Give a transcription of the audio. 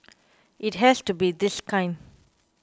it has to be this kind